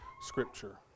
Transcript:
scripture